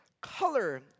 Color